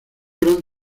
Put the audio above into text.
gran